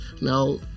Now